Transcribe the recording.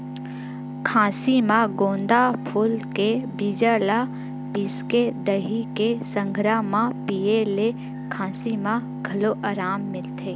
खाँसी म गोंदा फूल के बीजा ल पिसके दही के संघरा म पिए ले खाँसी म घलो अराम मिलथे